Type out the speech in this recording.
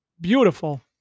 Beautiful